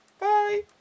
Bye